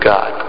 God